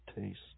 taste